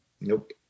nope